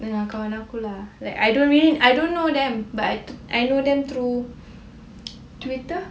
dengan kawan aku lah like I don't know them but I know them through Twitter